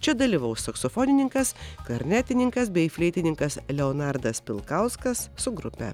čia dalyvaus saksofonininkas klarnetininkas bei fleitininkas leonardas pilkauskas su grupe